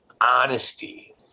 honesty